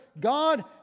God